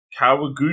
Kawaguchi